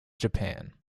japan